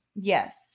Yes